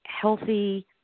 healthy